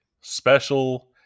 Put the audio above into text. special